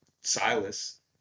Silas